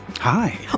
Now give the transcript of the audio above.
Hi